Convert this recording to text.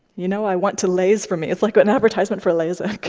you know i want to laze for me. it's like but an advertisement for lasik.